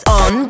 on